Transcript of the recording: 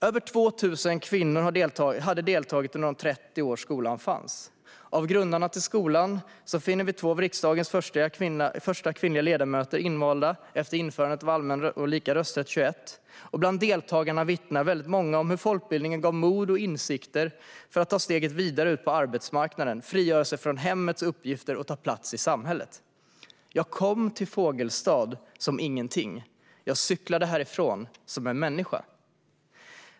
Över 2 000 kvinnor hade deltagit under de 30 år skolan fanns. Av grundarna till skolan finner vi två av riksdagens första kvinnliga ledamöter invalda efter införandet av allmän och lika rösträtt 1921. Bland deltagarna vittnar väldigt många om hur folkbildningen gav mod och insikter för att ta steget vidare ut på arbetsmarknaden, frigöra sig från hemmets uppgifter och ta plats i samhället. "Jag kom till Fogelstad som ingenting - och cyklade härifrån som en människa!"